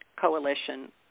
Coalition